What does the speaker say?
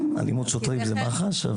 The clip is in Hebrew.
אלימות שוטרים זה מח"ש.